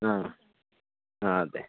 ആ ആ ആതെ